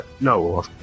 No